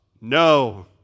No